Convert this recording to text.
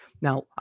Now